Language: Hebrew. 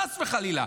חס וחלילה.